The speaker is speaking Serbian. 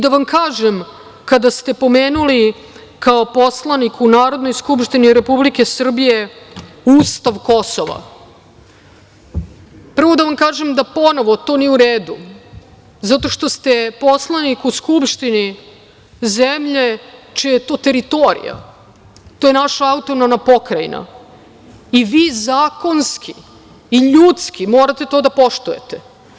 Da vam kažem, kada ste pomenuli, kao poslanik u Narodnoj skupštini Republike Srbije, ustav Kosova, prvo da vam kažem, ponovo, da to nije u redu zato što ste poslanik u Skupštini zemlje čija je to teritorija, to je naša autonomna pokrajina i vi zakonski i ljudski morate to da poštujete.